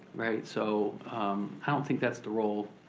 so i don't think that's the role.